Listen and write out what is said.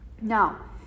Now